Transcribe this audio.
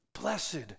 Blessed